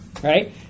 Right